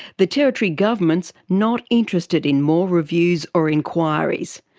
the territory government's not interested in more reviews or inquiries.